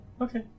Okay